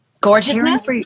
Gorgeousness